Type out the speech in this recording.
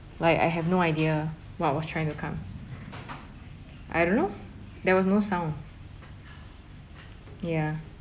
like I have no idea what was trying to come I don't know there was no sound ya